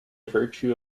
virtue